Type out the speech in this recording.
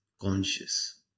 conscious